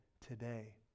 today